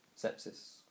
sepsis